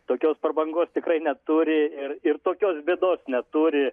tokios prabangos tikrai neturi ir ir tokios bėdos neturi